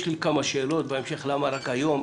יש לי כמה שאלות בהמשך למה רק היום,